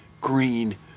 green